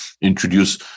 introduce